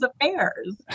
affairs